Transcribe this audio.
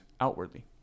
outwardly